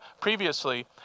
previously